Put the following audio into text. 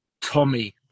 Tommy